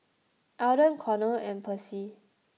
Alden Connor and Percy